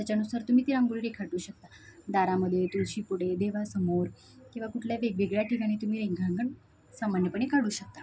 त्याच्यानुसार तुम्ही ती रांगोळी काढू शकता दारामध्ये तुळशी पुढे देवासमोर किंवा कुठल्या वेगवेगळ्या ठिकाणी तुम्ही रेखांंकन सामान्यपणे काढू शकता